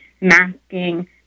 masking